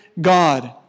God